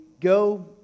go